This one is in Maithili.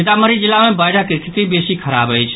सीतामढ़ी जिला मे बाढ़िक स्थिति बेसी खराब अछि